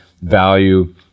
value